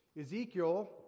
Ezekiel